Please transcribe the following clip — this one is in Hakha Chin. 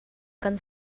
kan